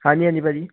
ਹਾਂਜੀ ਹਾਂਜੀ ਭਾਅ ਜੀ